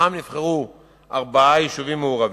מתוכם נבחרו ארבעה יישובים מעורבים,